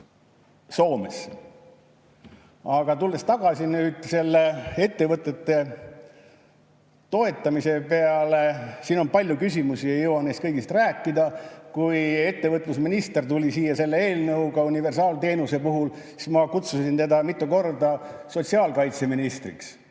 Soomesse. Aga tulles tagasi nüüd selle ettevõtete toetamise peale, siis siin on palju küsimusi, ei jõua neist kõigist rääkida. Kui ettevõtlusminister tuli siia selle eelnõuga universaalteenuse puhul, siis ma kutsusin teda mitu korda sotsiaalkaitseministriks.